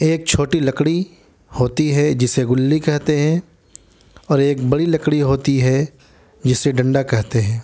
ایک چھوٹی لکڑی ہوتی ہے جسے گلی کہتے ہیں اور ایک بڑی لکڑی ہوتی ہے جسے ڈنڈا کہتے ہیں